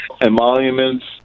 emoluments